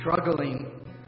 struggling